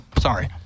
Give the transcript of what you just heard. Sorry